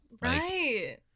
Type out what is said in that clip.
right